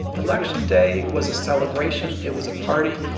election day was a celebration. it was a party.